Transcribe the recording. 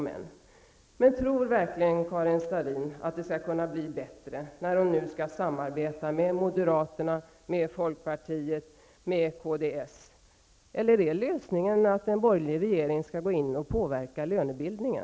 Men tror verkligen Karin Starrin att det skall kunna bli bättre när hon nu skall samarbeta med moderaterna, folkpartiet och kds? Eller är lösningen att en borgerlig regering skall gå in och påverka lönebildningen?